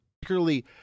particularly